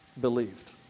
believed